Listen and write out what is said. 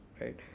right